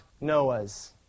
Noah's